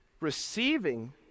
Receiving